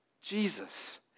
Jesus